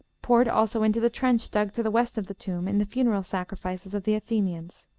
poured also into the trench dug to the west of the tomb, in the funeral sacrifices of the athenians.